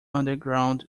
underground